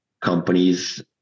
companies